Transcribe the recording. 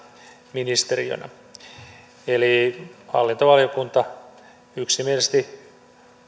ministeriönä hallintovaliokunta yksimielisesti